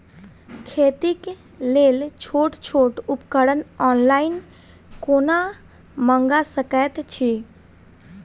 खेतीक लेल छोट छोट उपकरण ऑनलाइन कोना मंगा सकैत छी?